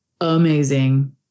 Amazing